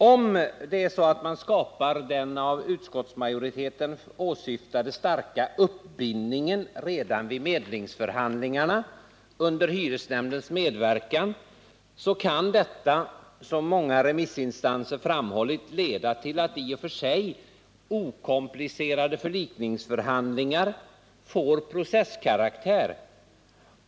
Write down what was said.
Om man skapar den av utskottsmajoriteten åsyftade starka uppbindningen redan vid medlingsförhandlingarna under hyresnämndens medverkan, kan detta — vilket många remissinstanser framhållit — leda till att i och för sig okomplicerade förlikningsförhandlingar får processkaraktär.